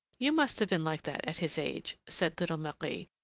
you must have been like that at his age, said little marie,